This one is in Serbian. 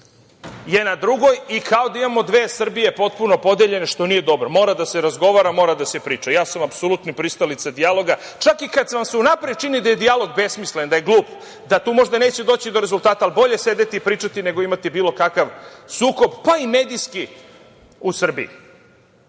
je jako uticajna i kao da imamo dve Srbije potpuno podeljene, što nije dobro. Mora da se razgovara, mora da se priča. Ja sam apsolutni pristalica dijaloga. Čak i kada vam se unapred čini da je dijalog besmislen, da je glup, da tu možda neće doći do rezultata, ali bolje sedeti i pričati nego imati bilo kakav sukob, pa i medijski u Srbiji.